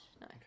no